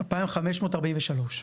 בסדר?